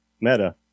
meta